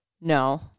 no